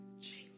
Jesus